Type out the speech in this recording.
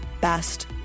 best